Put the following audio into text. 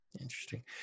Interesting